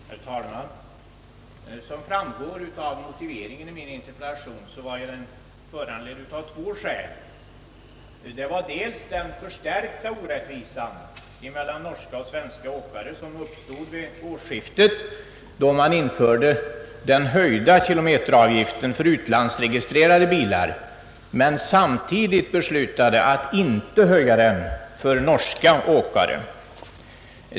Herr talman! Som framgår av motiveringen var min interpellation föranledd av två skäl. Det första är den förstärkning av orättvisan i fråga om behandlingen av norska och svenska åkare som inträdde vid årsskiftet, då man i Norge höjde kilometeravgiften för utlandsregistrerade bilar men samtidigt beslöt att inte höja den för norska åkare.